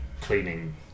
cleaning